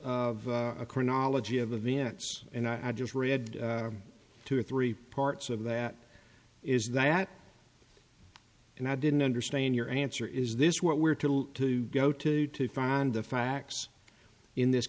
a chronology of events and i just read two or three parts of that is that and i didn't understand your answer is this what we're to go to to find the facts in this